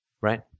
right